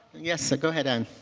yes, go ahead. and